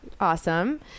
Awesome